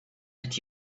did